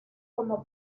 como